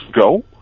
go